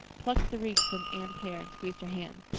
plucked the wreath from anne's hair and squeezed her hand.